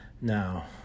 Now